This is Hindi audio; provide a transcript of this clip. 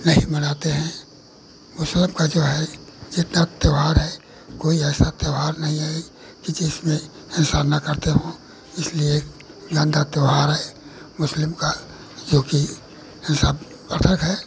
नहीं मनाते हैं कुछ लोग का जो है जितना त्यौहार है कोई ऐसा त्यौहार नहीं है कि जिसमें हिंसा ना करते हों इसलिए गंदा त्यौहार है मुस्लिम का क्योंकि हिंसावर्धक है